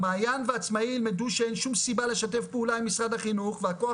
המעיין והעצמאי ילמדו שאין שום סיבה לשתף פעולה עם משרד החינוך והכוח